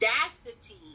audacity